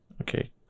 Okay